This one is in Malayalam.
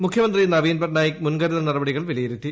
മുഖ്യമന്ത്രി നവീൻ പട്നായിക് മുൻകരുതൽ നടപടികൾ വിലയിരുത്തി